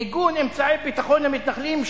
מיגון אמצעי ביטחון למתנחלים,